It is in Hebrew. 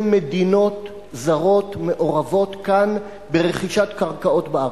מדינות זרות מעורבות כאן ברכישת קרקעות בארץ.